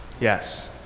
Yes